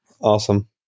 Awesome